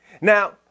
Now